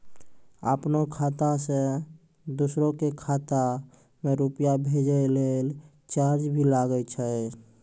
आपनों खाता सें दोसरो के खाता मे रुपैया भेजै लेल चार्ज भी लागै छै?